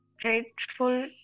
grateful